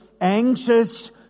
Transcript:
anxious